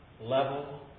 level